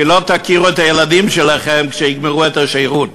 כי לא תכירו את הילדים שלכם כשהם יגמרו את השירות,